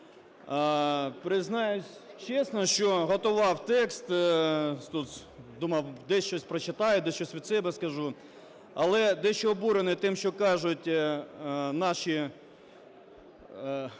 Признаюсь чесно, що готував текст, думав, десь щось прочитаю, десь щось від себе скажу, але дещо обурений тим, що кажуть наші деякі